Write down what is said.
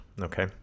Okay